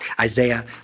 Isaiah